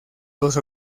dos